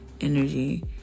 energy